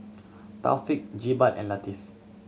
Taufik Jebat and Latif